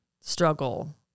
struggle